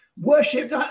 worshipped